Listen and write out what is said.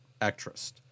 actress